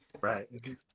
Right